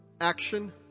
action